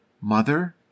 Mother